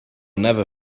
never